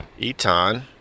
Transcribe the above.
Etan